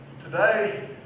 Today